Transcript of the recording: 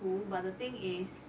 cool but the thing is